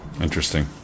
interesting